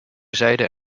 zijden